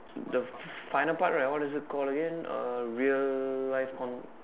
the final part right what is it called again uh real life con~